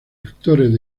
actores